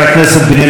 על דבריו.